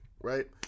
right